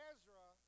Ezra